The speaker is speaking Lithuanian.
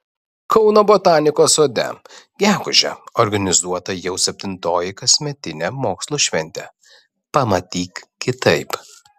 kauno botanikos sode gegužę organizuota jau septintoji kasmetinė mokslo šventė pamatyk kitaip